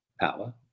power